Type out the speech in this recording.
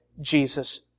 Jesus